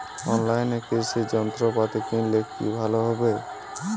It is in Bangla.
অনলাইনে কৃষি যন্ত্রপাতি কিনলে কি ভালো হবে?